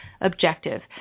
objective